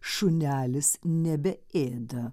šunelis nebeėda